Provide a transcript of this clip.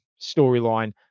storyline